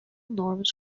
norms